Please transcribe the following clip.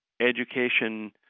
education